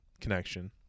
connection